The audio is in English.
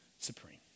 supreme